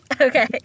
Okay